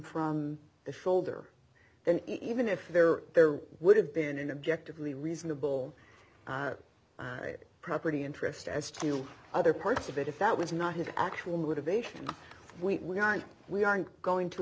from the shoulder then even if there there would have been an objective a reasonable property interest as to other parts of it if that was not his actual motivation we aren't we aren't going to